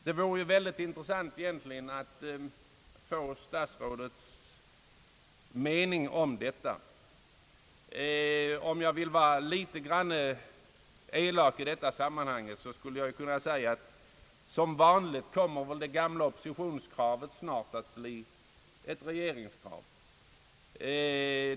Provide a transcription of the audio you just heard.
Det vore mycket intressant att få höra statsrådets mening på denna punkt. Om jag ville vara en smula elak i detta sammanhang skulle jag kunna säga att det gamla oppositionskravet som vanligt inom kort förmodligen kommer att bli ett regeringsförslag.